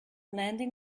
landing